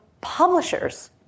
publishers